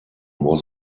was